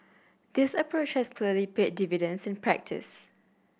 this approach has clearly paid dividends in practice